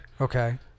okay